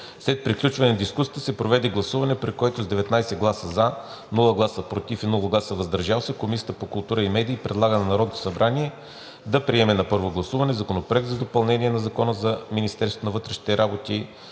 След приключване на дискусията се проведе гласуване, при което с 19 гласа „за“, без „против“ и „въздържал се“ Комисията по култура и медии предлага на Народното събрание да приеме на първо гласуване Законопроект за допълнение на Закона за